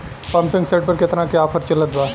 Pumping set पर केतना के ऑफर चलत बा?